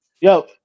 Yo